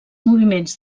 moviments